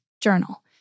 journal